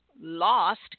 lost